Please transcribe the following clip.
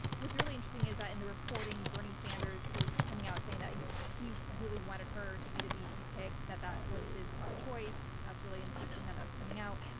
what's really interesting is that in the reporting, bernie sanders is coming out saying that he really wanted her to be the vp pick that that was his top choice. that's really interesting that that's coming out.